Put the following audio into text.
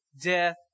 death